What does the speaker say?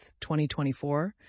2024